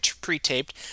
pre-taped